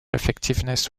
effectiveness